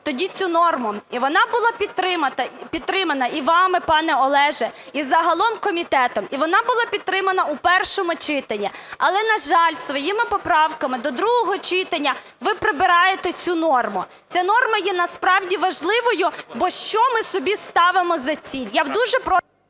тоді цю норму, і вона була підтримана і вами пане Олеже, і загалом комітетом. І вона була підтримана у першому читанні. Але, на жаль, своїми поправками до другого читання ви прибираєте цю норму. Ця норма є насправді важливою. Ця норма є насправді